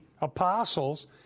apostles